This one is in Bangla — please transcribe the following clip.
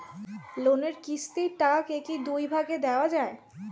লোনের কিস্তির টাকাকে কি দুই ভাগে দেওয়া যায়?